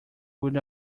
would